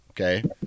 Okay